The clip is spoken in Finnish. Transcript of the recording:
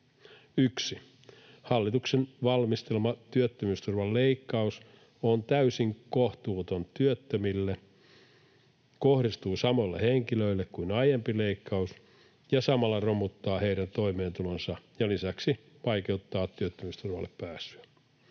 1) Hallituksen valmistelema työttömyysturvan leikkaus on täysin kohtuuton työttömille. Se kohdistuu samoille henkilöille kuin aiempi leikkaus ja samalla romuttaa heidän toimeentulonsa ja lisäksi vaikeuttaa työttömyysturvalle pääsyä.